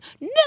No